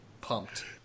pumped